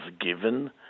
given